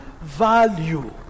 value